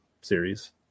series